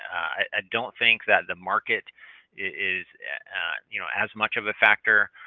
i don't think that the market is you know as much of a factor,